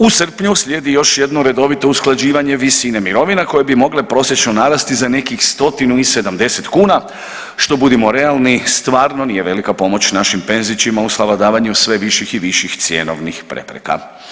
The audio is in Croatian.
U srpnju slijedi još jedno redovito usklađivanje visine mirovina koje bi mogle prosječno narasti za nekih stotinu i 70 kuna, što budimo realni stvarno nije velika pomoć našim penzićima u savladavanju sve viših i viših cjenovnih prepreka.